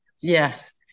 yes